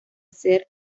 ser